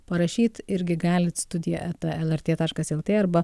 parašyt irgi galit studija eta lrt taškas lt arba